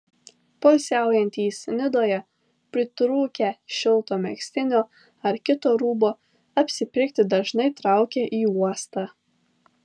poilsiaujantys nidoje pritrūkę šilto megztinio ar kito rūbo apsipirkti dažnai traukia į uostą